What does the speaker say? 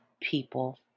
people